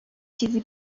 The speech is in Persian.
چیزی